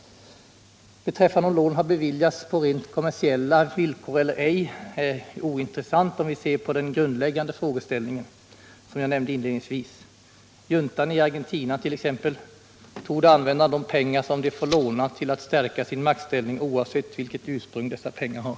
Om lån har beviljats på rent kommersiella villkor eller ej är ointressant när vi ser på den grundläggande frågeställningen som jag nämnde inledningsvis. Juntan i Argentina torde använda de pengar som man får låna till att stärka sin maktställning, oavsett vilket ursprung dessa pengar har.